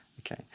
Okay